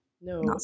No